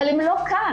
אבל הם לא כאן.